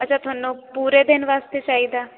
ਅੱਛਾ ਤੁਹਾਨੂੰ ਪੂਰੇ ਦਿਨ ਵਾਸਤੇ ਚਾਹੀਦਾ